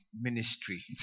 ministry